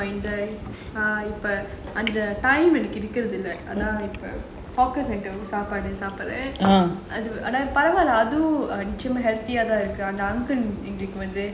இப்ப அந்த இருக்கறது இல்ல சாப்பாடு சாப்பாடு ஆனா பரவால்ல அதுவும் நிச்சயமா யாதான் இருக்கு:ippa antha irukarathu illa saapadu saapadu aanaa paravala athuvum nichayamaa yaathaan irukku